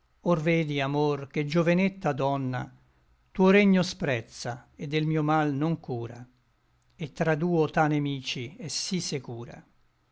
or vedi amor che giovenetta donna tuo regno sprezza et del mio mal non cura et tra duo ta nemici è sí secura